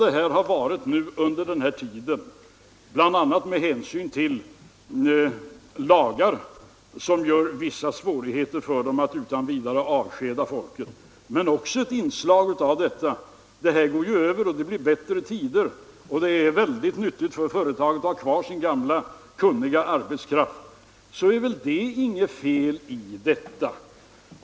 De nya lagarna medför visserligen vissa svårigheter för företagarna att utan vidare avskeda folk, men den inställningen att ”det går över, det blir bättre tider” har säkert medverkat till att företagen anser att det är bäst för dem att ha kvar sin gamla kunniga arbetskraft. Det är inget fel i detta.